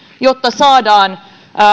jotta saadaan